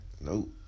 Nope